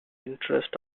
interest